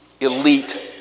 elite